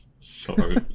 Sorry